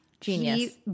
Genius